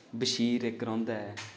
बशीर इक रौंह्दा ऐ